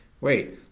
wait